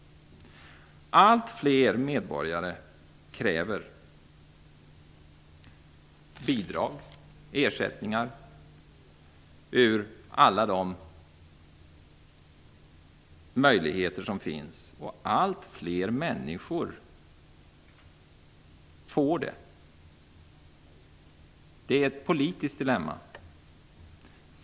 Allt fler medborgare kräver bidrag och ersättningar ur alla de möjligheter som finns, och allt fler människor får det. Det är ett politiskt dilemma.